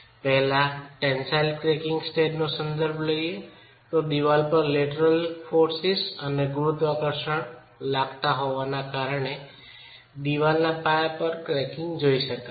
પહેલા tensile cracking stage નો સંદર્ભ લઈએ તો દિવાલ પર લેટરલ દળો અને ગુરુત્વાકર્ષણ લાગતા હોવાના કારણે દિવાલના પાયા પર ક્રેકીંગ જોઈ શકાય છો